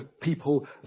people